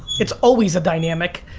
it's always a dynamic,